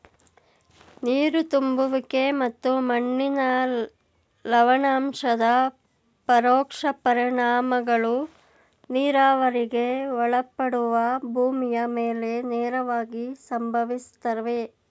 ನೀರು ತುಂಬುವಿಕೆ ಮತ್ತು ಮಣ್ಣಿನ ಲವಣಾಂಶದ ಪರೋಕ್ಷ ಪರಿಣಾಮಗಳು ನೀರಾವರಿಗೆ ಒಳಪಡುವ ಭೂಮಿಯ ಮೇಲೆ ನೇರವಾಗಿ ಸಂಭವಿಸ್ತವೆ